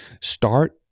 Start